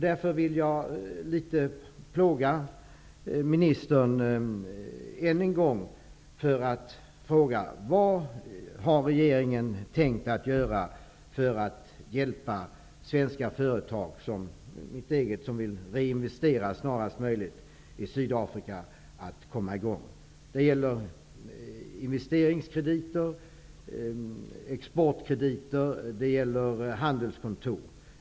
Därför vill jag än en gång plåga statsrådet litet med att fråga: Vad har regeringen tänkt göra för att hjälpa svenska företag, som mitt eget, som vill reinvestera snarast möjligt i Sydafrika? Det gäller investeringskrediter, exportkrediter och handelskontor.